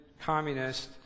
communist